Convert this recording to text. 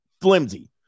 flimsy